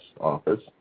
office